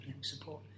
support